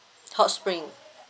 hot spring